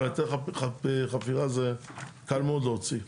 אבל חפירה זה קל מאוד להוציא.